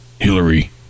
Hillary